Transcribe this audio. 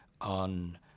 on